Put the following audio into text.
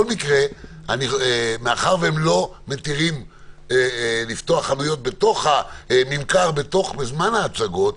מאחר והם לא מתירים לפתוח חנויות ממכר בזמן ההצגות,